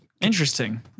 Interesting